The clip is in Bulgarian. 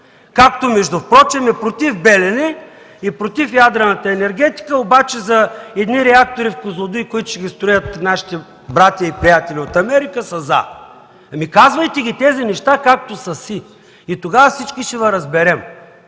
както впрочем е „против „Белене” и „против” ядрената енергетика, но за едни реактори в „Козлодуй”, които ще строят нашите братя и приятели от Америка, са „за”. Казвайте тези неща, както са си и тогава всички ще Ви разберем.